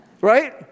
right